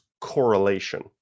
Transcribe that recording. correlation